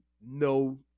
No